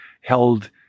held